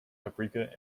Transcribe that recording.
paprika